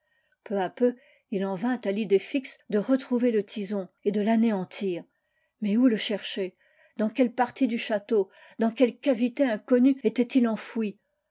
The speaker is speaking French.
peu à peu il en vint à l'idée fixe de retrouver le tison et de l'anéantir mais où le chercher dans quelle partie du château dans quelle cavité inconnue était-il enfoui